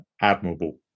admirable